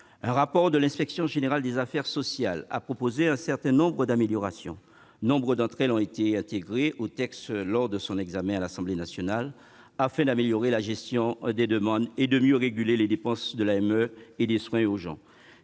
Un rapport de l'IGAS a proposé certaines améliorations. Nombre d'entre elles ont été intégrées au texte lors de son examen à l'Assemblée nationale, afin d'améliorer la gestion des demandes et de mieux réguler les dépenses de l'AME et des soins urgents.